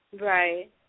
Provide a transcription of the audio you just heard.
Right